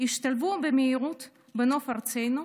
השתלבו במהירות בנוף ארצנו,